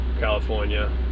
California